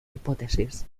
hipótesis